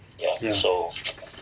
ya